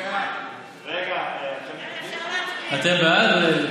אתם בעד?